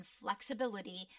flexibility